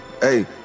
Hey